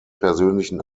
persönlichen